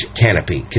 canopy